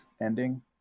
ending